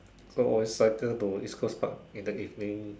so always cycle to East Coast Park in the evening